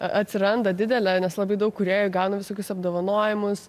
atsiranda didelė nes labai daug kūrėjų gauna visokius apdovanojimus